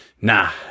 nah